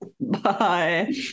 Bye